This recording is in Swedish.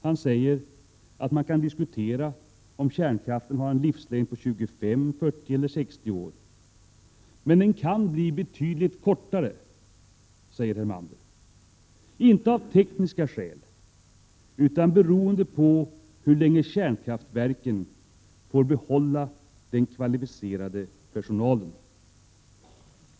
Han säger att man kan diskutera om kärnkraft har en livslängd på 25, 40 eller 60 år, men den kan bli betydligt kortare, inte av tekniska skäl, utan beroende på hur länge kärnkraftverken får behålla den kvalificerade personalen.